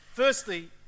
Firstly